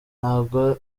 ntago